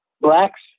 blacks